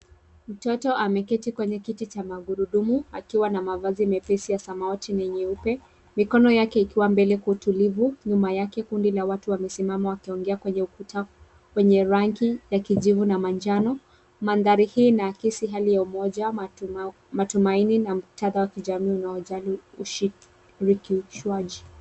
Mtoto ameketi kwenye kiti cha magurudumu, akiwa na mavazi mepesi ya samawati na nyeupe. Mikono yake ikiwa mbele kwa utulivu, nyuma yake kundi la watu wamesimama wakiongea kwenye ukuta wenye rangi ya kijivu na manjano. Mandhari hii inaakisi umoja wa matumaini na muktadha wa kijamii unaojali ushirikishwaji.